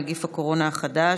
נגיף הקורונה החדש),